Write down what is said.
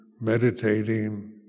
meditating